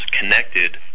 connected